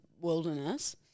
wilderness